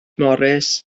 morris